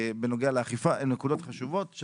בנוגע לאכיפה הן נקודות חשובות,